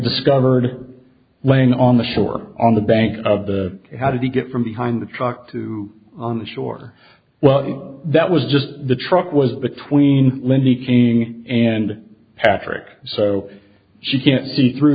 discovered laying on the shore on the banks of the how did he get from behind the truck to on the shore well that was just the truck was between lindy caning and patrick so she can't see through